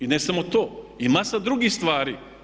I ne samo to, masa drugih stvari.